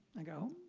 i go,